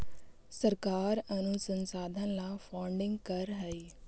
सरकार अनुसंधान ला फंडिंग करअ हई